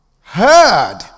heard